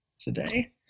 today